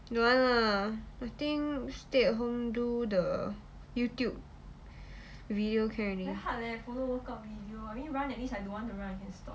don't want lah I think stay at home do the youtube video can already